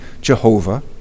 Jehovah